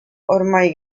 ormai